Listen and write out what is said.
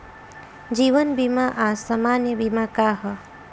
जीवन बीमा आ सामान्य बीमा का ह?